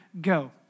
go